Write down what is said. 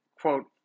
quote